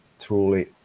truly